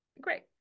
Great